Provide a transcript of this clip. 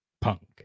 Punk